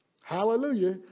Hallelujah